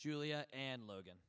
julia and logan